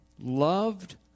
loved